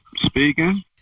speaking